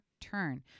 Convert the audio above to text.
turn